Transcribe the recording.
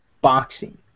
boxing